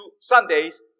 Sundays